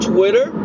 Twitter